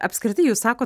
apskritai jūs sakot